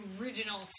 original